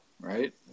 Right